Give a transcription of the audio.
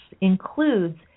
includes